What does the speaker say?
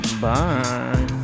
Bye